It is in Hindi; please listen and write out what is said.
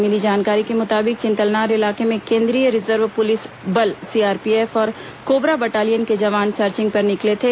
मिली जानकारी के मुताबिक चिंतलनार इलाके में केंद्रीय रिजर्व पुलिस बल सीआरपीएफ और कोबरा बटालियन के जवान सर्चिंग पर निकले थे